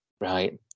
right